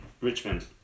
Richmond